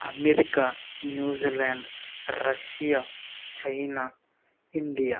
America New Zealand Russia China India